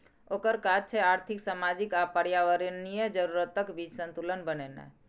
ओकर काज छै आर्थिक, सामाजिक आ पर्यावरणीय जरूरतक बीच संतुलन बनेनाय